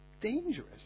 dangerous